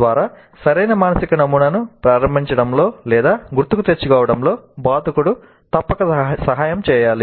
ద్వారా సరైన మానసిక నమూనాను ప్రారంభించడంలో లేదా గుర్తుకు తెచ్చుకోవడంలో బోధకుడు తప్పక సహాయం చేయాలి